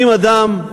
אם אדם,